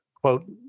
quote